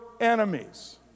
enemies